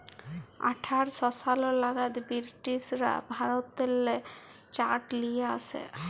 আঠার শ সাল লাগাদ বিরটিশরা ভারতেল্লে চাঁট লিয়ে আসে